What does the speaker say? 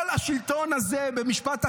במשפט אחרון: